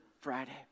Friday